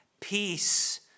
Peace